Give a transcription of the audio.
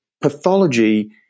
pathology